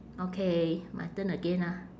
okay my turn again ah